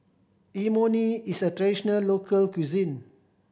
imoni is a traditional local cuisine